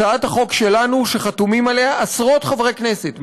הצעת החוק שלנו שחתומים עליה עשרות חברי כנסת,